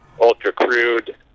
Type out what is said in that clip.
ultra-crude